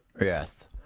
Yes